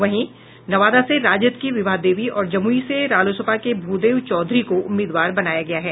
वहीं नवादा से राजद की विभा देवी और जमूई से रालोसपा के भूदेव चौधरी को उम्मीदवार बनाया गया है